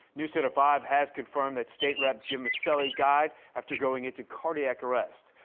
newscener five has confirmed that state rep. jim miceli died after going into cardiac arrest.